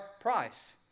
price